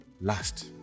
last